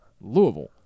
Louisville